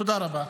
תודה רבה.